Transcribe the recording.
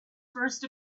first